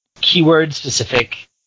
keyword-specific